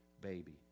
baby